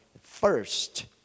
first